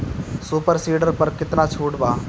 Super seeder पर केतना छूट बा?